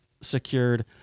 secured